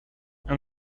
and